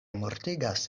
mortigas